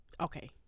Okay